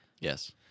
Yes